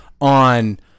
on